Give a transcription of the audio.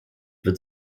wird